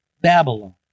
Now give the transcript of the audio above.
Babylon